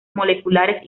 moleculares